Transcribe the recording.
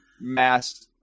mass